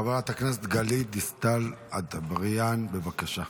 חברת הכנסת גלית דיסטל אטבריאן, בבקשה.